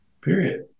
period